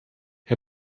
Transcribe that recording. her